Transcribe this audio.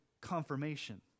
confirmation